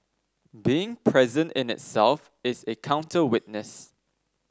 being present in itself is a counter witness